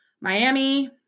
Miami